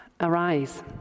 arise